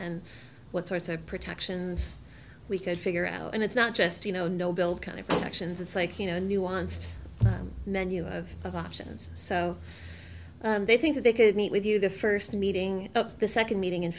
and what sorts of protections we could figure out and it's not just you know no bill kind of actions it's like you know a nuanced menu of options so they think that they could meet with you the first meeting the second meeting in